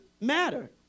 Matter